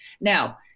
Now